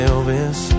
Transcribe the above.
Elvis